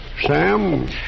Sam